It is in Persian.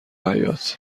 حباط